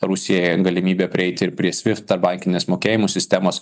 rusijai galimybę prieiti ir prie swift tarpbankinės mokėjimų sistemos